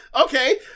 okay